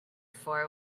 for